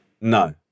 No